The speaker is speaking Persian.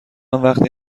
وقتی